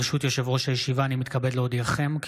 אני קובע כי